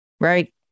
Right